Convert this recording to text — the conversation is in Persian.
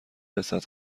رسد